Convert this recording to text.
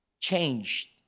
changed